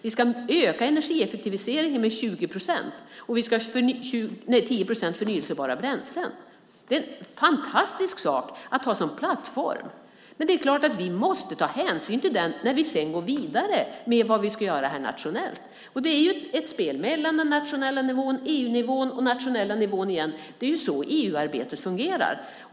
Vi ska öka energieffektiviseringen med 20 procent, och vi ska ha 10 procent förnybara bränslen. Det är något fantastiskt att ha som plattform. Men det är klart att vi måste ta hänsyn till detta när vi sedan går vidare med vad vi ska göra nationellt. Det är ett spel mellan den nationella nivån, EU-nivån och den nationella nivån igen. Det är så EU-arbetet fungerar.